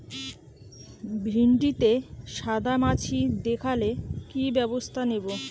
ভিন্ডিতে সাদা মাছি দেখালে কি ব্যবস্থা নেবো?